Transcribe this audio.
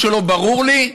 מה שברור לי,